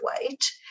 weight